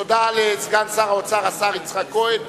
תודה לסגן שר האוצר, השר יצחק כהן.